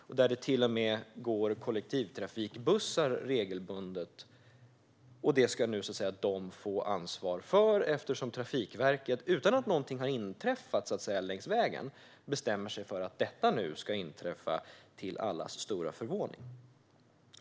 Det går till och med kollektivtrafikbussar där regelbundet. Detta ska nu dessa människor få ansvar för därför att Trafikverket - utan att någonting har inträffat längs vägen, så att säga - bestämmer sig för det, till allas stora förvåning.